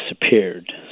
disappeared